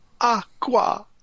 aqua